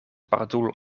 pardoel